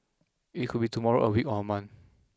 it could be tomorrow a week or a month